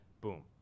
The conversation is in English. Boom